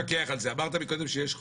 אמרת קודם שיש חוק,